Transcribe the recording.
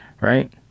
right